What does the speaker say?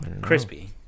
Crispy